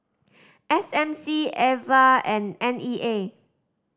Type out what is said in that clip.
S M C Ava and N E A